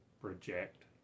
project